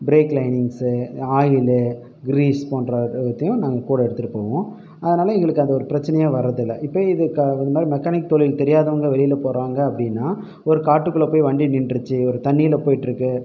break linings oil grease போன்றதையும் நாங்கள் கூட எடுத்துகிட்டு போவோம் அதனால் எங்களுக்கு அது ஒரு பிரச்சனையாக வரது இல்லை இப்போ இது க இது மாதிரி மெக்கானிக் தொழில் தெரியாதவங்க வெளியில் போகிறாங்க அப்படின்னா ஒரு காட்டுக்குள்ளே போய் வண்டி நின்றுச்சு ஒரு தண்ணியில் போயிட்டு இருக்குது